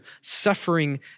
suffering